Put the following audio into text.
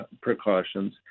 precautions